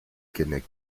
keinec